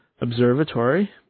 observatory